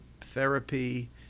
therapy